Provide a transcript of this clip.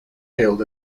hailed